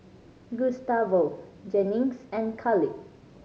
Gustavo Jennings and Khalid